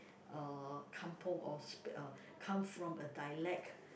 uh kampung or speak uh come from a dialect